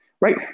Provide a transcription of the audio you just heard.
right